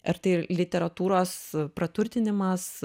ar tai literatūros praturtinimas